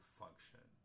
function